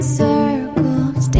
circles